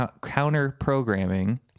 counter-programming